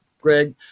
Greg